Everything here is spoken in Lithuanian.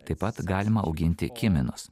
taip pat galima auginti kirminus